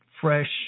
fresh